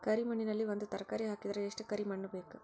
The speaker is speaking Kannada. ಕರಿ ಮಣ್ಣಿನಲ್ಲಿ ಒಂದ ತರಕಾರಿ ಹಾಕಿದರ ಎಷ್ಟ ಕರಿ ಮಣ್ಣು ಬೇಕು?